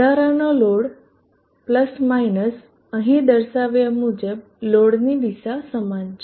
વધારાનો લોડ અહીં દર્શાવ્યા મુજબ લોડની દિશા સમાન છે